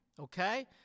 okay